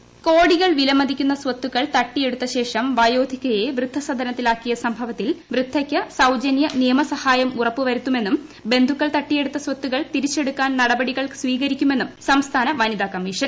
വനിതാ കമ്മീഷൻ വിലമതിക്കുന്ന സ്വത്തുക്കൾ തട്ടിയെടുത്ത ശേഷം വയോധികയെ വൃദ്ധസദനത്തിലാക്കിയ സംഭവത്തിൽ വൃദ്ധയ്ക്ക് സൌജന്യ നിയമ സഹായം ഉറപ്പ് വരുത്തുമെന്നും ബന്ധുക്കൾ തട്ടിയെടുത്ത സ്വത്തുക്കൾ തിരിച്ചെടുക്കാൻ നിയമനടപടികൾ സ്വീകരിക്കുമെന്നും സംസ്ഥാന വനിതാ കമ്മീഷൻ